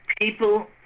people